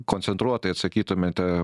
koncentruotai atsakytumėte